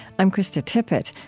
i'm krista tippett.